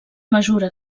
mesura